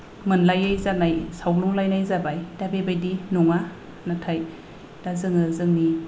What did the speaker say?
मोनलायि जानाय सावग्लुंलायनाय जाबाय दा बेबायदि नङा नाथाय दा जोङो जोंनि